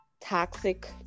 toxic